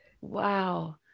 wow